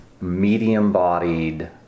medium-bodied